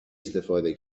استفاده